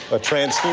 a trans